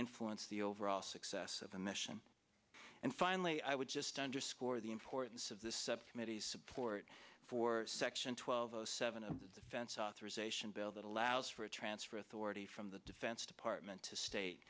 influence the overall success of the mission and finally i would just underscore the importance of the subcommittee's support for section twelve zero seven of the defense authorization bill that allows for a transfer authority from the defense department to sta